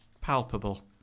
palpable